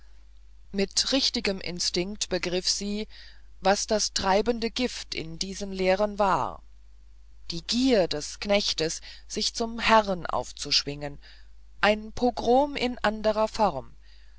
mit richtigem instinkt begriff sie was das treibende gift in diesem lehren war die gier des knechtes sich zum herrn aufzuschwingen der pogrom in anderer form